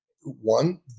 one